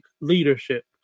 leadership